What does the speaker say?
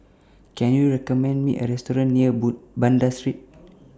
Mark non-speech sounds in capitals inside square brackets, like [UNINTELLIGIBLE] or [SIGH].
Can YOU recommend Me A Restaurant near [UNINTELLIGIBLE] Banda Street